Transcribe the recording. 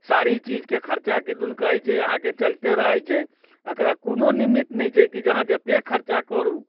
सारी चीजके खर्चा किदुन कहैत छै अहाँकेँ चलते रहैत छै एकरा कोनो निमित नहि छै की अहाँ जतेक खर्चा करू